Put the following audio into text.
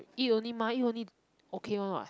eat only mah eat only okay one what